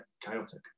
chaotic